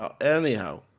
Anyhow